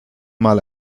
mal